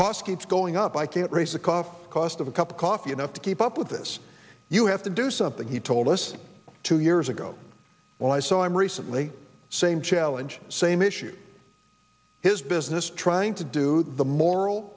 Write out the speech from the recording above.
cost keeps going up i can't raise the cough cost of a cup of coffee enough to keep up with this you have to do something he told us two years ago when i saw him recently same challenge same issue his business trying to do the moral